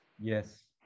Yes